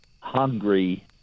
hungry